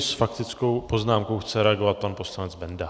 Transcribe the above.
S faktickou poznámkou chce reagovat pan poslanec Benda.